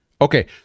Okay